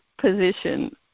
position